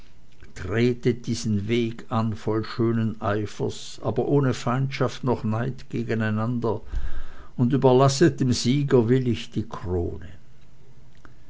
tretet diesen weg an voll schönen eifers aber ohne feindschaft noch neid gegeneinander und überlasset dem sieger willig die krone